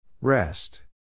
Rest